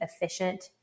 efficient